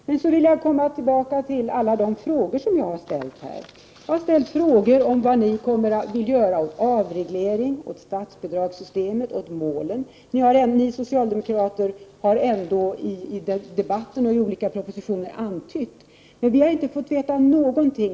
Jag vill så återkomma till alla de frågor som jag har ställt. Jag har ställt frågor om vad ni vill göra för att åstadkomma en avreglering, om vad ni vill göra åt statsbidragssystemet och åt målen. Ni socialdemokrater har ändå i debatter och i olika propositioner kommit med antydningar, men vi har inte fått veta någonting.